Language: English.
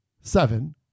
seven